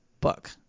book